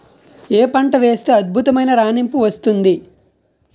ఏ పంట వేస్తే అద్భుతమైన రాణింపు వస్తుంది?